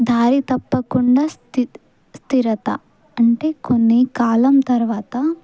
దారి తప్పకుండా స్థి స్థిరత అంటే కొంత కాలం తర్వాత